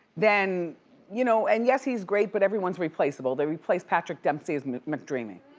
then you know and yes, he's great but everyone's replaceable. they replaced patrick dempsey as mcdreamy.